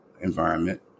environment